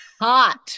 Hot